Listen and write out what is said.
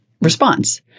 response